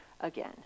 again